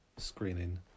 screening